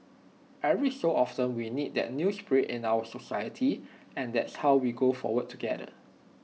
every so often we need that new spirit in our society and that how we go forward together